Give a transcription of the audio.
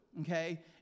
okay